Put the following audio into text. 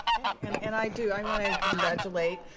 and and i do, i wanna congratulate